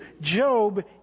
Job